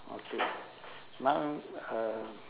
okay now uh